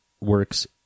works